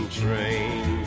train